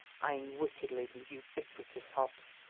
eying wickedly the ubiquitous hobbs,